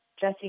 Jesse